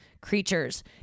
creatures